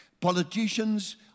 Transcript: politicians